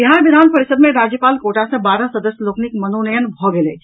बिहार विधान परिषद् मे राज्यपाल कोटा सॅ बारह सदस्य लोकनिक मनोनयन भऽ गेल अछि